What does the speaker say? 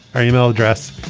our yeah e-mail address.